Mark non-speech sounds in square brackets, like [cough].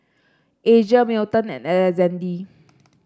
Asia Milton and Alexazde [noise]